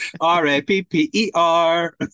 r-a-p-p-e-r